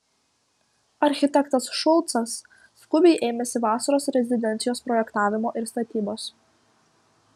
architektas šulcas skubiai ėmėsi vasaros rezidencijos projektavimo ir statybos